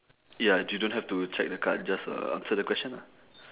ya you don't have to check the card just uh answer the question ah